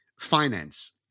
finance